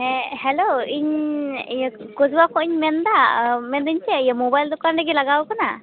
ᱦᱮᱸ ᱦᱮᱞᱳ ᱤᱧ ᱤᱭᱟᱹ ᱠᱳᱫᱣᱟ ᱠᱷᱚᱡ ᱤᱧ ᱢᱮᱱᱮᱫᱟ ᱢᱮᱱᱮᱫᱟᱹᱧ ᱪᱮᱫ ᱢᱳᱵᱟᱭᱤᱞ ᱫᱚᱠᱟᱱ ᱨᱮᱜᱮ ᱞᱟᱜᱟᱣ ᱟᱠᱟᱱᱟ